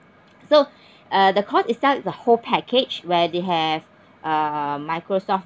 so uh the course itself is a whole package where they have uh microsoft